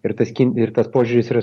ir tas ir tas požiūris yra s